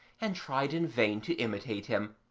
and tried in vain to imitate him,